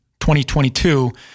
2022